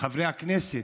חברי הכנסת,